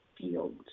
fields